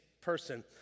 person